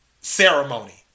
Ceremony